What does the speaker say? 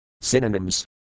Synonyms